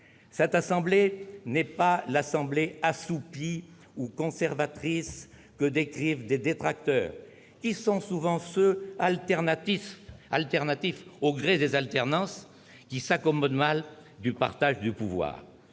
Cette assemblée n'est pas l'assemblée assoupie ou conservatrice que décrivent des détracteurs qui sont souvent ceux, alternatifs au gré des alternances, qui s'accommodent mal du partage du pouvoir.